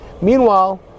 Meanwhile